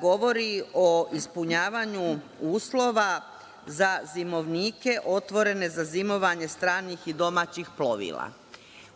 govori o ispunjavanju uslova za zimovnike otvorene za zimovanje stranih i domaćih plovila.